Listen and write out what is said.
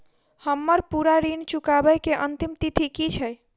हम्मर पूरा ऋण चुकाबै केँ अंतिम तिथि की छै?